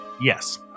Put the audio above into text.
Yes